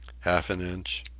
half an inch.